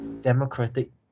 democratic